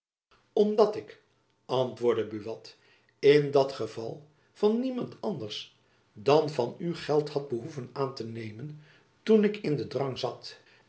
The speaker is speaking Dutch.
omdat ik antwoordde buat in dat geval van niemand anders dan van u geld had behoeven aan te nemen toen ik in den drang zat